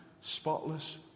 spotless